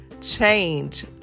Change